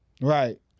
Right